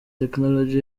technology